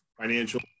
financial